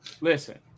listen